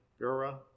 Gura